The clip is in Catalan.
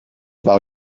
val